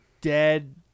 dead